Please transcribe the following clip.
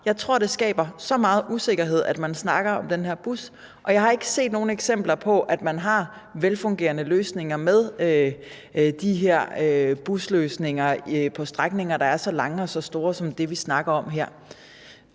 Jeg tror, det skaber så meget usikkerhed, at man snakker om den her bus, og jeg har ikke set nogen eksempler på, at man har velfungerende løsninger med de her busløsninger på strækninger, der er så lange og så store som det, vi snakker om her.